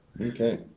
Okay